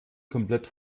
komplett